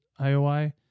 IOI